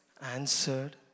answered